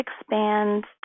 expand